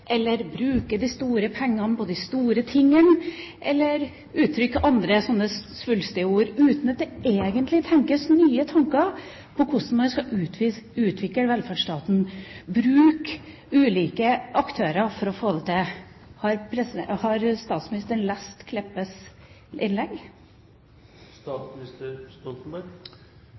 eller «velferd» eller «bruke de store pengene på de store tingene» eller uttrykke andre sånne svulstige ord uten at det egentlig tenkes nye tanker om hvordan vi skal utvikle velferdsstaten og bruke ulike aktører for å få det til. Har statsministeren lest Kleppes innlegg?